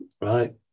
right